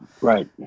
Right